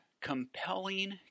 compelling